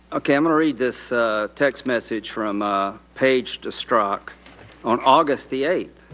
okay, i'm gonna read this text message from ah page to strzok on august the eighth,